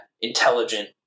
intelligent